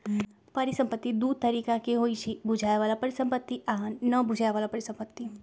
परिसंपत्ति दु तरिका के होइ छइ बुझाय बला परिसंपत्ति आ न बुझाए बला परिसंपत्ति